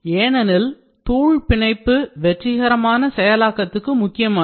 ஏனெனில் தூள் பிணைப்பு வெற்றிகரமான செயலாக்கத்திற்கு முக்கியமானது